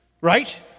right